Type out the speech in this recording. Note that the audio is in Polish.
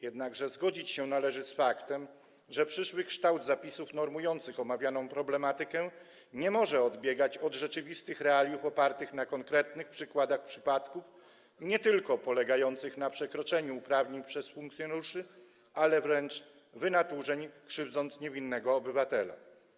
Jednakże zgodzić się należy z faktem, że przyszły kształt zapisów normujących omawianą problematykę nie może odbiegać od rzeczywistych realiów opartych na konkretnych przykładach nie tylko polegających na przekroczeniu uprawnień przez funkcjonariuszy, ale wręcz wynaturzeń krzywdzących niewinnego obywatela.